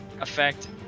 effect